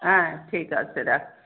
হ্যাঁ ঠিক আছে রাখছি